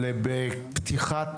בפתיחת